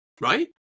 Right